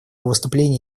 выступление